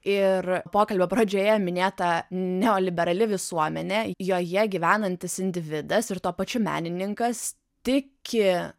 ir pokalbio pradžioje minėta neoliberali visuomenė joje gyvenantis individas ir tuo pačiu menininkas tiki